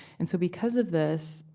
and so because of this,